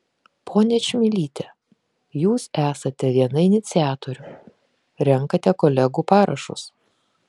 ponia čmilyte jūs esate viena iniciatorių renkate kolegų parašus